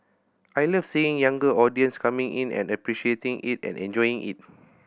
I love seeing younger audience coming in and appreciating it and enjoying it